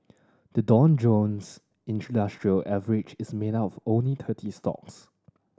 the Dow Jones International Average is made up of only thirty stocks